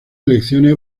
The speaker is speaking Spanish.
elecciones